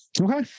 Okay